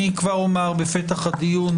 אני כבר אומר בפתח הדיון,